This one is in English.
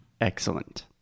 Excellent